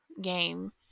game